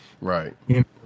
right